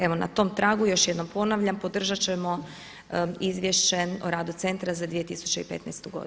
Evo na tom tragu još jednom ponavljam podržat ćemo izvješće o radu centra za 2015. godinu.